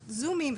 כל הזומים,